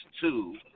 two